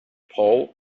pole